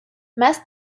más